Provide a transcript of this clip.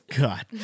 God